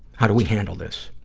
how do we handle this?